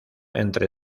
entre